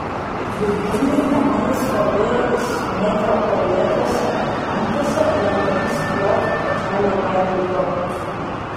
didžiuliai namai stovėjo išsimėtę uolėtose pakrantėse lentomis kloti takeliai vedė į dokus